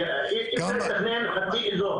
כי אי אפשר לתכנן חצי אזור,